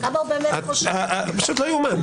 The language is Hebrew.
זה פשוט לא ייאמן.